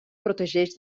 protegeix